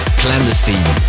clandestine